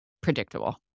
predictable